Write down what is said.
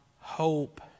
hope